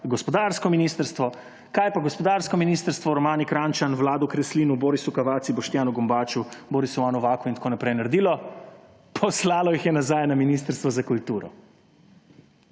gospodarsko ministrstvo. Kaj je pa gospodarsko ministrstvo Romani Kranjčan, Vladu Kreslinu, Borisu Cavazzi, Boštjanu Gombaču, Borisu A. Novaku in tako naprej naredilo? Poslalo jih je nazaj na Ministrstvo za kulturo!